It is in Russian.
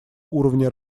уровня